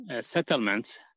settlements